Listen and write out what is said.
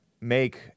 make